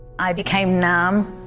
i became numb.